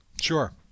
Sure